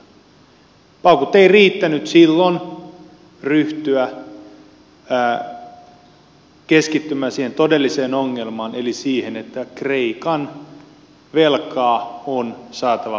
paukut eivät riittäneet silloin ryhtyä keskittymään siihen todelliseen ongelmaan eli siihen että kreikan velkaa on saatava pienemmäksi